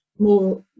More